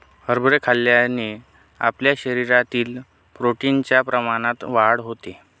हरभरे खाल्ल्याने आपल्या शरीरातील प्रोटीन च्या प्रमाणात वाढ होते